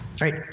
right